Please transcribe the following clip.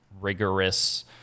rigorous